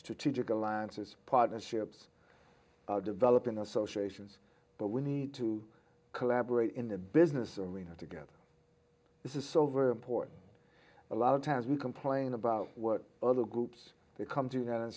strategic alliances partnerships developing associations but we need to collaborate in the business and we need to get this is so very important a lot of times we complain about what other groups they come to uni